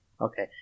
Okay